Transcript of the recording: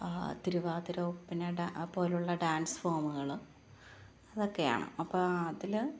ആ തിരുവാതിര ഒപ്പന ഡാ പോലെയുള്ള ഡാന്സ് ഫോമുകൾ അതൊക്കെയാണ് അപ്പോൾ അതിൽ